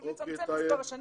פשוט לצמצם את מספר השנים.